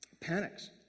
Panics